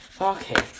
Okay